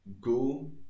go